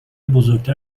بزرگتر